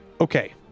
Okay